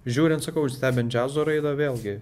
žiūrint sakau ir stebint džiazo raidą vėlgi